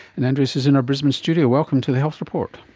and andreas is in our brisbane studio. welcome to the health report.